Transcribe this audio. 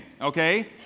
okay